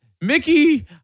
Mickey